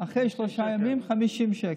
אחרי שלושה ימים, 50 שקל.